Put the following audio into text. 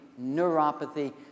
neuropathy